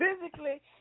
Physically